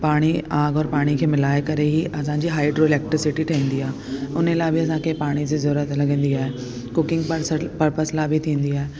पाणी आग ओर पाणी खे मिलाए करे ई असांजी हाइड्रोइलैक्ट्रीसिटी ठहिंदी आहे हुन लाइ बि असांखे पाणी जी ज़रूरत लॻंदी आहे कुकींग पर्सल पर्पज़ लाइ बि थींदी आहे